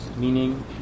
meaning